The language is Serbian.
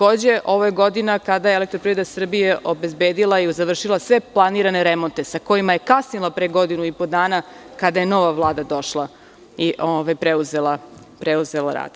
Ovo je godina kada je Elektroprivreda Srbije obezbedila i završila sve planirane remonte, sa kojima je kasnila pre godinu i po dana, kada je nova Vlada došla i preuzela rad.